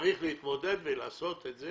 צריך להתמודד ולעשות את זה